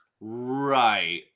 Right